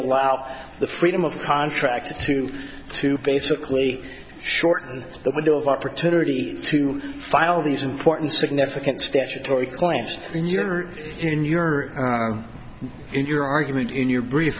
allow the freedom of contract to to basically shorten the window of opportunity to file these important significant statutory coins in your in your argument in your brief